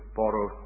borrow